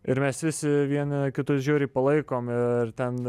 ir mes visi vieni kitus žiauriai palaikom ir ten